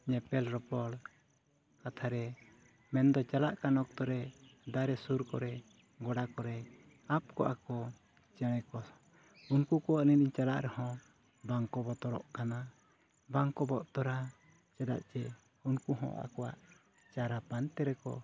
ᱧᱮᱯᱮᱞ ᱨᱚᱯᱚᱲ ᱠᱟᱛᱷᱟᱨᱮ ᱢᱮᱱᱫᱚ ᱪᱟᱞᱟᱜ ᱠᱟᱱ ᱚᱠᱛᱚᱨᱮ ᱫᱟᱨᱮ ᱥᱩᱨ ᱠᱚᱨᱮ ᱜᱳᱰᱟ ᱠᱚᱨᱮ ᱟᱵ ᱠᱚᱜᱼᱟᱠᱚ ᱪᱮᱬᱮᱠᱚ ᱩᱱᱠᱩ ᱠᱚ ᱟᱹᱞᱤᱧ ᱞᱤᱧ ᱪᱟᱞᱟᱜ ᱨᱮᱦᱚᱸ ᱵᱟᱝᱠᱚ ᱵᱚᱛᱚᱨᱚᱜ ᱠᱟᱱᱟ ᱵᱟᱝᱠᱚ ᱵᱚᱛᱚᱨᱟ ᱪᱮᱫᱟᱜ ᱪᱮ ᱩᱱᱠᱩ ᱦᱚᱸ ᱟᱠᱚᱣᱟᱜ ᱪᱟᱨᱟ ᱯᱟᱱᱛᱮ ᱨᱮᱠᱚ